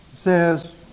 says